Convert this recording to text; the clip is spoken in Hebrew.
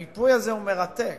המיפוי הזה הוא מרתק.